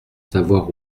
savoir